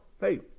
hey